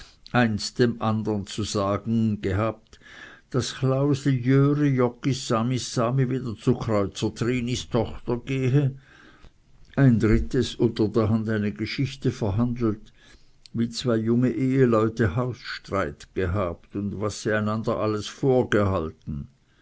eins dem andern zu sagen gehabt daß chlausli jöre joggis samis sami wieder zu kreuzertrinis tochter gehe ein drittes unter der hand eine geschichte verhandelt wie zwei junge eheleute hausstreit gehabt und was sie einander alles vorgehalten